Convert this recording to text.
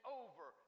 over